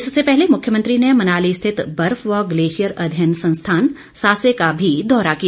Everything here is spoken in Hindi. इससे पहले मुख्यमंत्री ने मनाली स्थित बर्फ व ग्लेशियर अध्ययन संस्थान सासे का भी दौरा किया